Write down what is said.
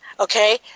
Okay